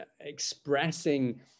expressing